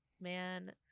Man